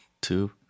two